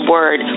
Word